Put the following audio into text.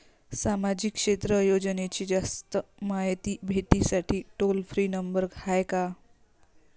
सामाजिक क्षेत्र योजनेची जास्त मायती भेटासाठी टोल फ्री नंबर हाय का?